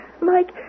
Mike